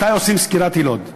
מתי עושים סקירת יילוד.